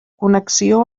connexió